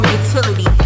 utility